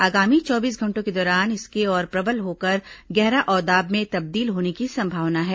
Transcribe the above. आगामी चौबीस घंटों के दौरान इसके और प्रबल होकर गहरा अवदाब में तब्दील होने की संभावना है